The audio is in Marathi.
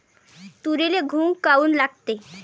तुरीले घुंग काऊन लागते?